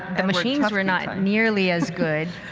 and machines were not nearly as good.